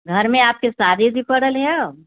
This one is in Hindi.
घर में आपके शादी उदी पड़ल है औ